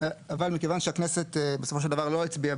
אבל מכיוון שהכנסת בסופו של דבר לא הצביעה